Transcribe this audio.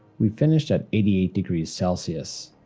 we finished at eighty eight degrees celsius.